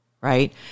right